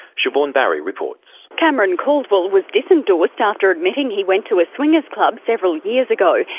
siobhan barry reports. cameron caldwell was disendorsed after admitting he went to a swingers' club several years ago.